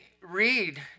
read